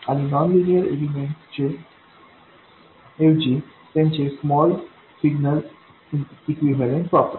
आणि non linear एलिमेंटचे ऐवजी त्यांचे स्मॉल सिग्नल इक्विवैलन्ट वापरा